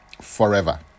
forever